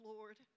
Lord